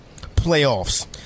playoffs